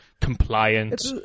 compliant